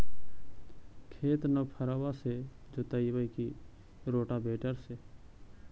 खेत नौफरबा से जोतइबै की रोटावेटर से?